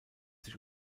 sich